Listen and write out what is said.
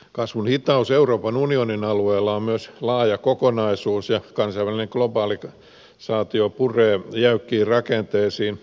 kasvun hitaus euroopan unionin alueella on myös laaja kokonaisuus ja kansainvälinen globalisaatio puree jäykkiin rakenteisiin